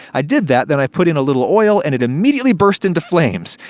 i did that, then i put in a little oil and it immediately burst into flames.